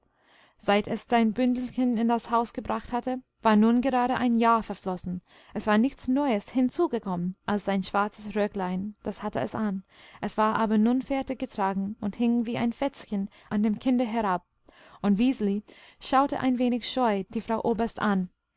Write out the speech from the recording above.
seit es sein bündelchen in das haus gebracht hatte war nun gerade ein jahr verflossen es war nichts neues hinzugekommen als sein schwarzes röcklein das hatte es an es war aber nun fertig getragen und hing wie ein fetzchen an dem kinde herab und wiseli schaute ein wenig scheu die frau oberst an